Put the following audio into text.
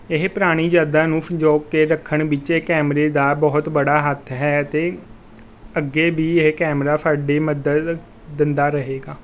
ਇਹ ਪੁਰਾਣੀ ਯਾਦਾਂ ਨੂੰ ਸੰਜੋਗ ਕੇ ਰੱਖਣ ਵਿੱਚ ਕੈਮਰੇ ਦਾ ਬਹੁਤ ਬੜਾ ਹੱਥ ਹੈ ਅਤੇ ਅੱਗੇ ਵੀ ਇਹ ਕੈਮਰਾ ਸਾਡੀ ਮਦਦ ਦਿੰਦਾ ਰਹੇਗਾ